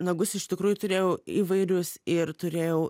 nagus iš tikrųjų turėjau įvairius ir turėjau